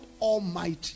Almighty